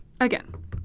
again